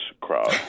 crowd